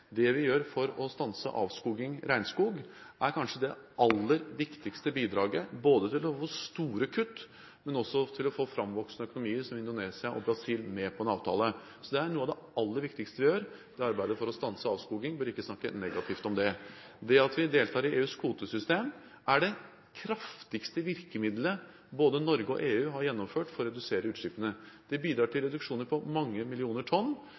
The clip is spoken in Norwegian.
det. Det vi gjør for å stanse avskoging av regnskog, er kanskje det aller viktigste bidraget til å få store kutt og til å få framvoksende økonomier, land som Indonesia og Brasil, med på en avtale. Arbeidet for å stanse avskoging er noe av det aller viktigste vi gjør, og man bør ikke snakke negativt om det. Det at vi deltar i EUs kvotesystem, er det kraftigste virkemidlet både Norge og EU har gjennomført for å redusere utslippene. Det bidrar til reduksjoner på mange millioner tonn.